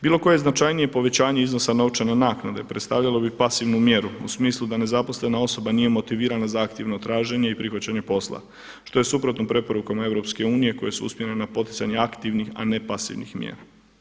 Bilo koje značajnije povećanje iznosa novčane naknade predstavljalo bi pasivnu mjeru u smislu da nezaposlena osoba nije motivirana zahtjevno traženje i prihvaćanje posla što je suprotno preporukama EU koje su usmjerene na poticanje aktivnih, a ne pasivnih mjera.